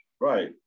right